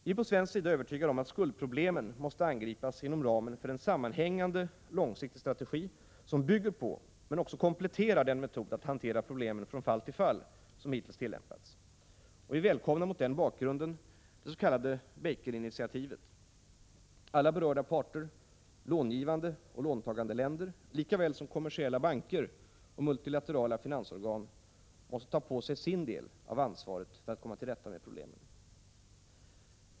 Vi på svensk sida är övertygade om att skuldproblemen måste angripas inom ramen för en sammanhängande långsiktig strategi, som bygger på, men också kompletterar, den metod att hantera problemen från fall till fall som hittills tillämpats. Vi välkomnar mot den bakgrunden dets.k. Baker-initiativet. Alla berörda parter — långivande och låntagande länder lika väl som kommersiella banker och multilaterala finansorgan — måste ta på sig sin del av ansvaret för att komma till rätta med problemen.